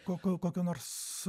kokią kokiai nors